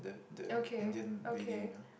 okay okay